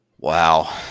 Wow